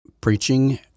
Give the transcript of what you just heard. preaching